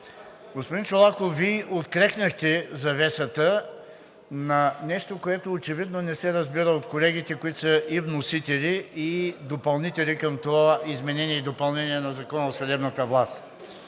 Господин Чолаков, Вие открехнахте завесата на нещо, което очевидно не се разбира от колегите, които са и вносители, и допълнители към това изменение и допълнение на Закона за съдебната власт.